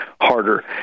harder